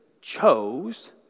chose